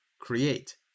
create